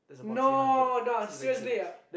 no nah seriously ah